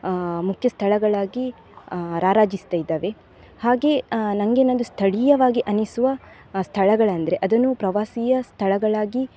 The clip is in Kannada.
ಮುಖ್ಯ ಸ್ಥಳಗಳಾಗಿ ರಾರಾಜಿಸ್ತಾ ಇದ್ದಾವೆ ಹಾಗೆಯೇ ನನಗೆ ಇನ್ನೊಂದು ಸ್ಥಳೀಯವಾಗಿ ಅನಿಸುವ ಸ್ಥಳಗಳಂದರೆ ಅದನ್ನು ಪ್ರವಾಸೀಯ ಸ್ಥಳಗಳಾಗಿ